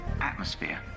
Atmosphere